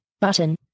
Button